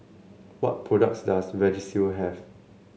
what products does Vagisil have